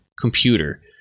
computer